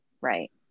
right